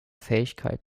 fähigkeit